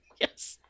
Yes